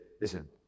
listen